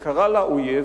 הוא קרא לה האויב.